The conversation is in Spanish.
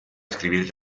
escribir